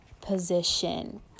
position